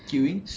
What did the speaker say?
queuing